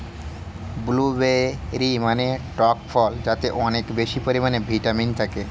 blueberry মানে টক ফল যাতে অনেক বেশি পরিমাণে ভিটামিন থাকে